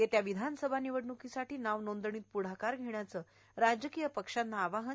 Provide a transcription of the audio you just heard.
येत्या विधानसभा निवडणकीसाठी नाव नोंदणीत पदाकार घेण्याचं राजकीय पक्षांना आवाहन